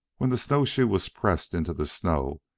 when the snowshoe was pressed into the snow,